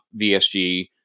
VSG